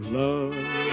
love